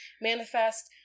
manifest